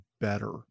better